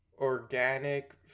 organic